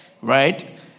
Right